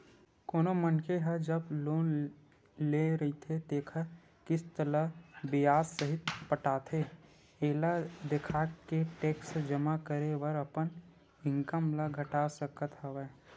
कोनो मनखे ह जब लोन ले रहिथे तेखर किस्ती ल बियाज सहित पटाथे एला देखाके टेक्स जमा करे बर अपन इनकम ल घटा सकत हवय